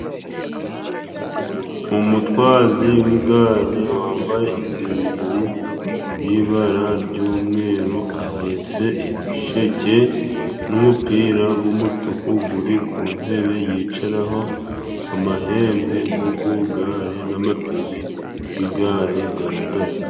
Umutwazi w'igare wambaye isengeri y'ibara ry'umweru, ahetse ibisheke n'umupira g'umutuku guri ku ntebe yicaraho. Amahembe go ku igare n'amapine g'igare garadaze.